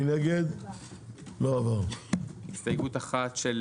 מי בעד ההסתייגויות?